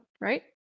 right